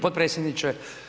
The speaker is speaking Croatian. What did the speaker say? potpredsjedniče.